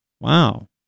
Wow